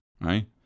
right